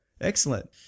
Excellent